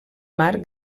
mar